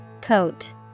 Coat